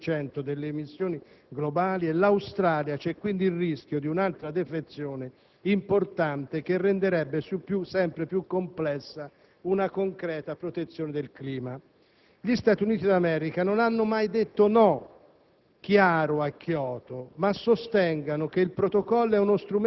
Dopo gli Stati Uniti, da soli responsabili del 36,1 per cento delle emissioni globali, e dopo l'Australia, vi è quindi il rischio di un'altra defezione importante che renderebbe sempre più complessa una concreta protezione del clima. Gli Stati Uniti d'America non hanno mai